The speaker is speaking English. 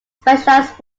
specialized